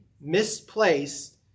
misplaced